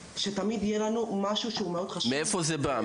שתמיד יהיה לנו --- מאיפה זה בא,